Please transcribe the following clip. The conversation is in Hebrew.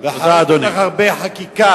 ואחרי כל כך הרבה חקיקה,